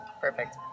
perfect